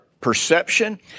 perception